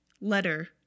letter